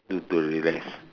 do to relax